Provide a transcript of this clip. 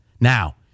Now